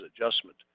adjustment